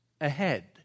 ahead